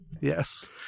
Yes